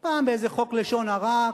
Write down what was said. פעם באיזה חוק לשון הרע,